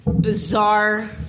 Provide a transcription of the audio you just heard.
bizarre